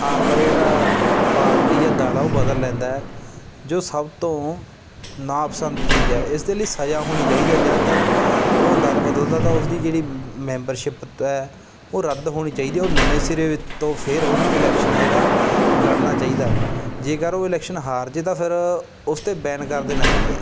ਆਪਦਾ ਜਿਹੜਾ ਪਾਰਟੀ ਹੈ ਦਲ ਹੈ ਉਹ ਬਦਲ ਲੈਂਦਾ ਜੋ ਸਭ ਤੋਂ ਨਾਪਸੰਦ ਚੀਜ਼ ਹੈ ਇਸਦੇ ਲਈ ਸਜ਼ਾ ਹੋਣੀ ਚਾਹੀਦੀ ਹੈ ਜਾ ਕਰ ਉਹ ਦਲ ਬਦਲਦਾ ਤਾਂ ਉਸਦੀ ਜਿਹੜੀ ਮੈਂਬਰਸ਼ਿਪ ਹੈ ਉਹ ਰੱਦ ਹੋਣੀ ਚਾਹੀਦੀ ਉਹ ਨਵੇਂ ਸਿਰੇ ਤੋਂ ਫਿਰ ਉਹਨੂੰ ਇਲੈਕਸ਼ਨ ਆ ਜਿਹੜਾ ਲੜਨਾ ਚਾਹੀਦਾ ਜੇਕਰ ਉਹ ਇਲੈਕਸ਼ਨ ਹਾਰ ਜੇ ਤਾਂ ਫਿਰ ਉਸ 'ਤੇ ਬੈਨ ਕਰ ਦੇਣਾ ਚਾਹੀਦਾ